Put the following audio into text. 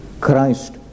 Christ